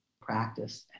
Practice